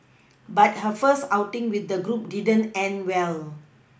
but her first outing with the group didn't end well